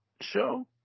show